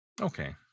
Okay